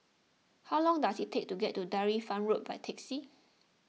how long does it take to get to Dairy Farm Road by taxi